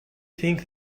think